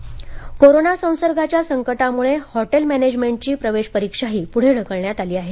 hotel management corona संसर्गाच्या संकटामुळे hotel मॅनेजमेंटची प्रवेश परीक्षाही पुढे ढकलण्यात आली आहे